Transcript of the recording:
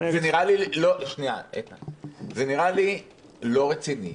זה נראה לי לא רציני,